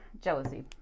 jealousy